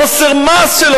בחוסר מעש שלו,